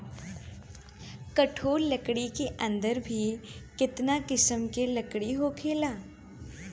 कठोर लकड़ी के अंदर भी केतना किसिम के लकड़ी होखेला